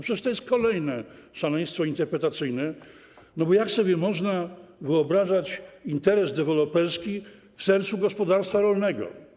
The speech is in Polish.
Przecież to jest kolejne szaleństwo interpretacyjne, bo jak sobie można wyobrażać interes deweloperski w sercu gospodarstwa rolnego?